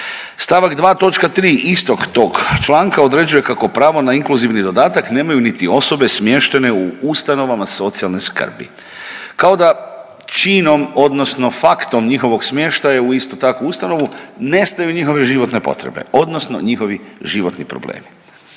toč. 3 istog tog članka određuje kako pravo na inkluzivni dodatak nemaju niti osobe smještene u ustanovama socijalne skrbi. Kao da činom, odnosno faktom njihova smještaja u istu takvu ustanovu nestaju njihove životne potrebe, odnosno njihovi životni problemi.